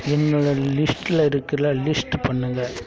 என்னோடய லிஸ்ட்டில் இருக்குல்ல லிஸ்ட்டு பண்ணுங்க